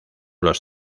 los